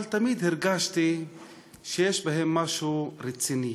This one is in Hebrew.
אבל תמיד הרגשתי שיש בהם משהו רציני,